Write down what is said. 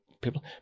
people